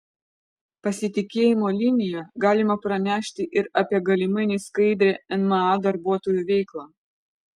pasitikėjimo linija galima pranešti ir apie galimai neskaidrią nma darbuotojų veiklą